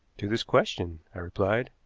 to this question, i replied.